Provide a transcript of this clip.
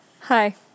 Hi